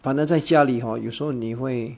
反而在家里 hor 有时候你会